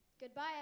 Goodbye